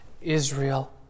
Israel